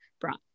brought